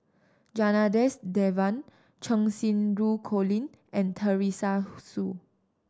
Janadas Devan Cheng Xinru Colin and Teresa Hsu